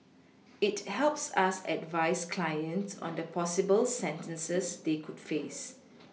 it helps us advise clients on the possible sentences they could face